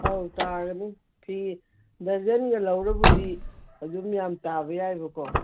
ꯑꯧ ꯇꯥꯒꯅꯤ ꯐꯤ ꯗꯔꯖꯟꯒ ꯂꯧꯔꯕꯨꯗꯤ ꯑꯗꯨꯝ ꯌꯥꯝ ꯇꯥꯕ ꯌꯥꯏꯕꯀꯣ